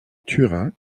turin